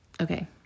okay